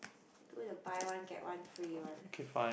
do the buy one get one free one